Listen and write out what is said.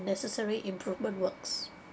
necessary improvement works